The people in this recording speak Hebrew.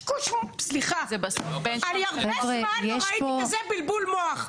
אני הרבה זמן לא ראיתי כזה בלבול מוח.